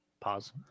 Pause